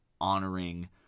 honoring